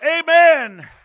Amen